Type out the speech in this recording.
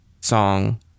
song